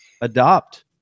adopt